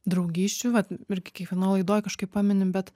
draugysčių vat irgi kiekvienoj laidoj kažkaip paminim bet